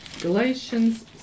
Galatians